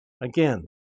again